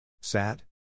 Sad